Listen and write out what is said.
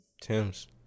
Tim's